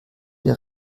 der